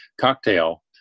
cocktail